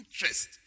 interest